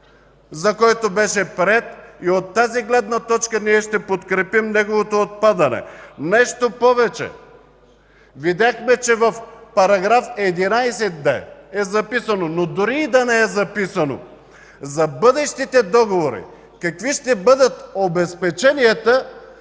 за който беше приет и от тази гледна точка ние ще подкрепим неговото отпадане. Нещо повече, видяхме, че в § 11б е записано, но дори и да не е записано, какви ще бъдат обезпеченията